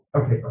Okay